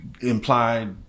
implied